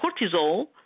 cortisol